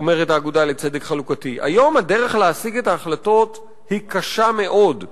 אומרת "האגודה לצדק חלוקתי": היום הדרך להשיג את ההחלטות היא קשה מאוד,